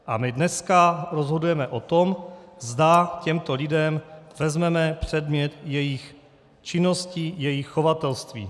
A my dneska rozhodujeme o tom, zda těmto lidem vezmeme předmět jejich činnosti, jejich chovatelství.